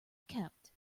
kept